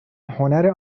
هنر